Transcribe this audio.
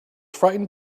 frightened